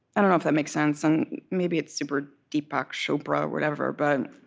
i don't know if that makes sense, and maybe it's super deepak chopra or whatever. but